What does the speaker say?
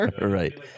Right